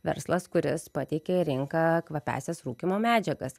verslas kuris pateikė į rinką kvapiąsias rūkymo medžiagas